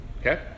Okay